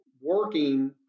working